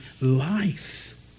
life